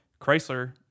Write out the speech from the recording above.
Chrysler